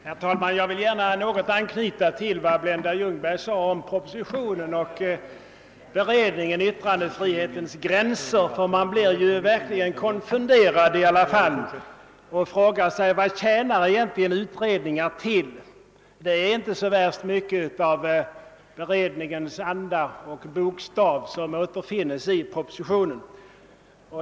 Herr talman! Jag vill gärna något anknyta till vad fröken Ljungberg sade om propositionen och betänkandet »Yttrandefrihetens gränser». Man blir verkligen konfunderad och frågar sig vad utredningar egentligen tjänar till. Det är inte så värst mycket av beredningens anda och bokstav som återfinnes i propositionen.